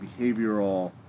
behavioral